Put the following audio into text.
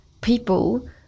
people